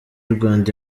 rwanda